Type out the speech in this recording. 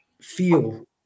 feel